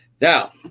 Now